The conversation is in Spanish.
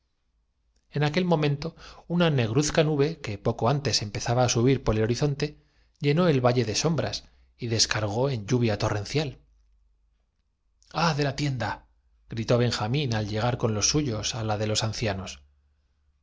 en aquel momento una negruzca nube que poco antes empezara á subir por el horizonte llenó el valle de sombras y descargó en lluvia torrencial ah de la tienda gritó benjamín al llegar con los suyos á la de los ancianos